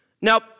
Now